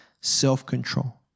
self-control